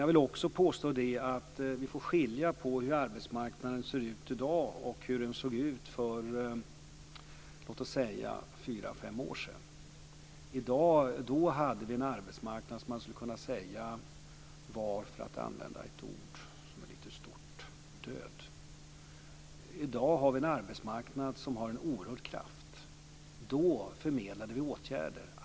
Jag vill också påstå att vi får skilja på hur arbetsmarknaden ser ut i dag och hur den såg ut för låt oss säga fyra fem år sedan. Då hade vi en arbetsmarknad som man skulle kunna säga var - för att använda ett ord som är lite stort - död. I dag har vi en arbetsmarknad som har en oerhörd kraft. Då förmedlade vi åtgärder.